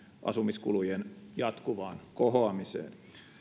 asumiskulujen jatkuvaan kohoamiseen